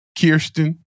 Kirsten